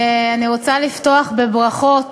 אני רוצה לפתוח בברכות